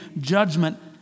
judgment